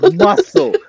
muscle